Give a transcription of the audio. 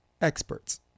Experts